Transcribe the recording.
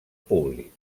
públic